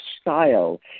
style